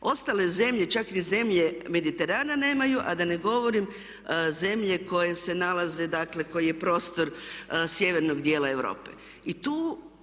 Ostale zemlje, čak ni zemlje Mediterana nemaju a da ne govorim zemlje koje se nalaze, dakle koji je prostor sjevernog dijela Europe. I tu